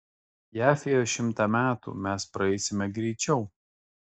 jav ėjo šimtą metų mes praeisime greičiau